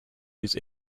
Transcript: use